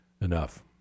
enough